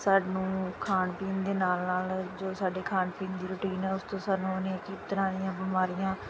ਸਾਨੂੰ ਖਾਣ ਪੀਣ ਦੇ ਨਾਲ ਨਾਲ ਜੋ ਸਾਡੇ ਖਾਣ ਪੀਣ ਦੀ ਰੂਟੀਨ ਹੈ ਉਸ ਤੋਂ ਸਾਨੂੰ ਕਈ ਤਰ੍ਹਾਂ ਦੀਆਂ ਬਿਮਾਰੀਆਂ